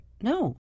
no